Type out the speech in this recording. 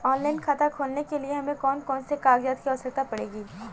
Online खाता खोलने के लिए हमें कौन कौन से कागजात की आवश्यकता पड़ेगी?